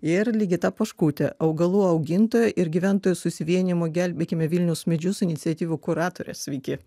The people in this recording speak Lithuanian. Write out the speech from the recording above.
ir ligita poškutė augalų augintojų ir gyventojų susivienijimų gelbėkime vilniaus medžius iniciatyvų kuratorė sveiki